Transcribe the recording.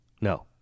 No